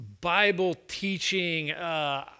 Bible-teaching